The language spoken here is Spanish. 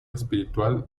espiritual